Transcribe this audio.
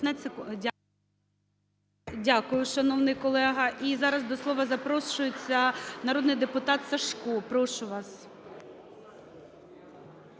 Дякую, шановний колего. (Оплески) І зараз до слова запрошується народний депутат Сажко. Прошу вас.